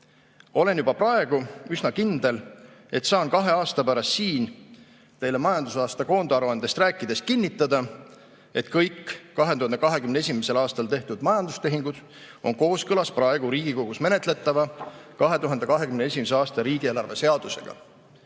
"Olen juba praegu üsna kindel, et [---] saan kahe aasta pärast siin teile majandusaasta koondaruandest rääkides kinnitada, et kõik 2021. aastal tehtud majandustehingud on kooskõlas praegu Riigikogus menetletava 2021. aasta riigieelarve seadusega."